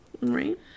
Right